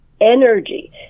energy